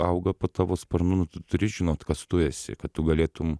auga po tavo sparnu nu tu turi žinot kas tu esi kad tu galėtum